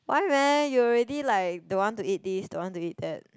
why man you already like don't want to eat this don't want to eat that